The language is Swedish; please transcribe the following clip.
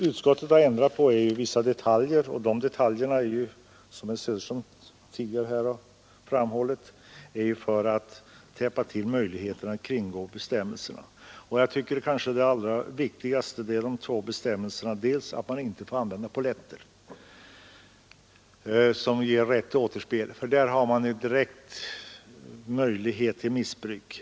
Utskottet har ändrat på vissa detaljer i propositionen för att — som herr Söderström tidigare har framhållit — täppa till möjligheterna att kringgå bestämmelserna. Allra viktigast är kanske två av bestämmelserna. Den första är att man inte får använda polletter som ger rätt till återspel. Där har funnits en direkt möjlighet till missbruk.